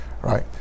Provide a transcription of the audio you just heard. right